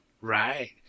right